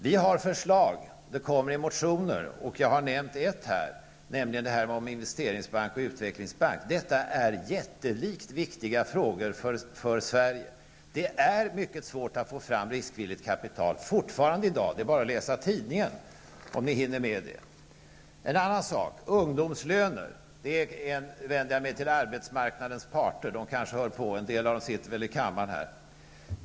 Vi har förslag, och de kommer att framföras i motioner, och jag har nämnt ett här, nämligen det om investeringsbank och utvecklingsbank. Detta är mycket viktiga frågor för Sverige. Det är fortfarande mycket svårt att få fram riskvilligt kapital. Det är bara att läsa tidningen för att få veta det, om ni hinner med det. En annan sak som jag vill ta upp är ungdomslöner. Jag vänder mig här till arbetsmarknadens parter, de kanske hör på, och en del av dem sitter väl i kammaren.